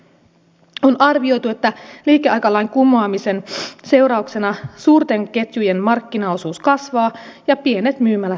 on arvioitu että liikeaikalain kumoamisen seurauksena suurten ketjujen markkinaosuus kasvaa ja pienet myymälät kuolevat